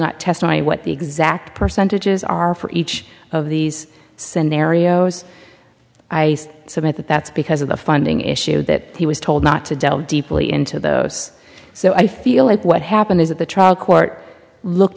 not testimony what the exact percentages are for each of these scenarios i submit that that's because of the funding issue that he was told not to delve deeply into those so i feel like what happened is that the trial court looked